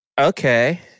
Okay